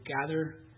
gather